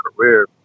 career